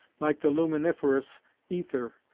like the luminiferous ether,